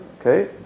Okay